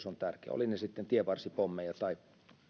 on tärkeä olivat ne sitten tievarsipommeja tai